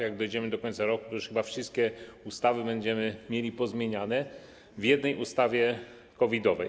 Jak dojdziemy do końca roku, to już chyba wszystkie ustawy będziemy mieli pozmieniane w jednej ustawie COVID-owej.